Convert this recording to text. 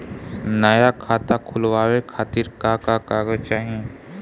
नया खाता खुलवाए खातिर का का कागज चाहीं?